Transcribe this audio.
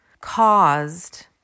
caused